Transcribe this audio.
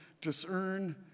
discern